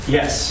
Yes